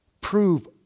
prove